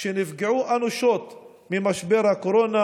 שנפגעו אנושות ממשבר הקורונה,